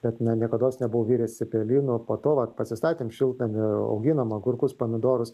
bet na niekados nebuvau viręs cepelinų po to vat pasistatėm šiltnamį auginom agurkus pomidorus